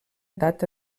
data